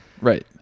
right